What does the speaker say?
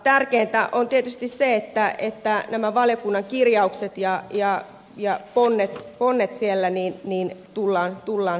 tärkeintä on tietysti se että nämä valiokunnan kirjaukset ja jar jar on nyt kun ne siellä ponnet niissä tullaan täyttämään